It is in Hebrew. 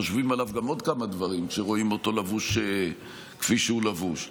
חושבים עליו גם עוד כמה דברים כשרואים אותו לבוש כפי שהוא לבוש.